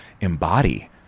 embody